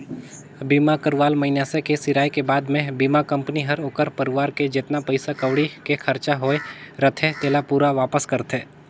बीमा करवाल मइनसे के सिराय के बाद मे बीमा कंपनी हर ओखर परवार के जेतना पइसा कउड़ी के खरचा होये रथे तेला पूरा वापस करथे